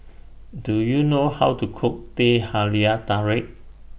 Do YOU know How to Cook Teh Halia Tarik